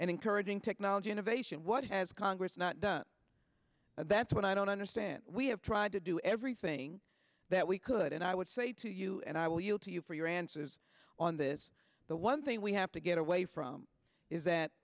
and encourage technology innovation what has congress not done that's what i don't understand we have tried to do everything that we could and i would say to you and i will yield to you for your answers on this the one thing we have to get away from is that